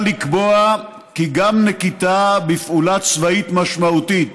לקבוע כי גם נקיטה בפעולה צבאית משמעותית